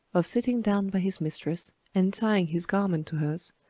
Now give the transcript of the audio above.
of sitting down by his mistress, and tying his garment to hers,